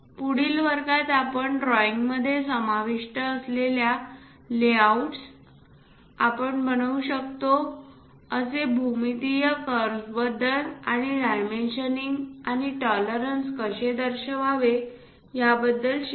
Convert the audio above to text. पुढील वर्गात आपण ड्रॉईंगमध्ये समाविष्ट असलेल्या लेआउट्स आपण बनवू शकतो असे भूमितीय कर्व्जबद्दल आणि डायमेन्शनीग आणि टॉलरन्स कसे दर्शवावे याबद्दल शिकू